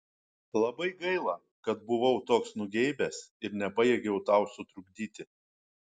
labai gaila kad buvau toks nugeibęs ir nepajėgiau tau sutrukdyti